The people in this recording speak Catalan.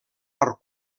per